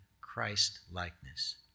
Christ-likeness